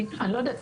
אני לא יודעת,